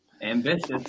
ambitious